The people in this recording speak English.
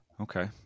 Okay